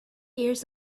years